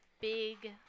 big